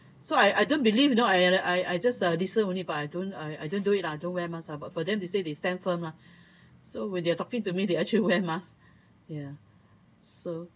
so I I don't believe you know I I just listened only but I don't I I don't do it lah I don't wear mask but for them they say they stand firm lah so when they're talking to me they actually wear mask ya so